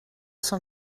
cent